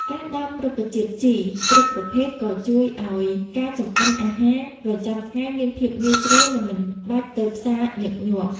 ការដាំរុក្ខជាតិជីរ គ្រប់ប្រភេទក៏ជួយឱ្យការចម្អិនអាហារប្រចាំថ្ងៃមានភាពងាយស្រួល និងមិនបាច់ទៅផ្សារញឹកញាប់។